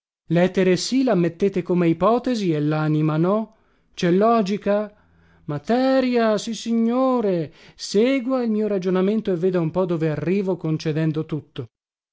sì lammettete come ipotesi e lanima no cè logica materia sissignore segua il mio ragionamento e veda un po dove arrivo concedendo tutto